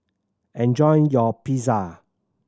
enjoy your Pizza